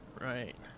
Right